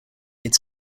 its